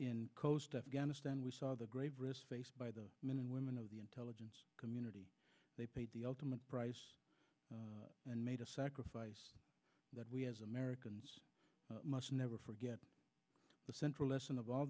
khost afghanistan we saw the grave risks faced by the men and women of the intelligence community they paid the ultimate price and made a sacrifice that we as americans must never forget the central lesson of all